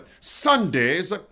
Sundays